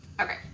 Okay